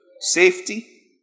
safety